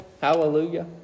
hallelujah